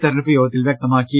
തിരഞ്ഞെടുപ്പ് യോഗത്തിൽ വ്യക്ത മാക്കി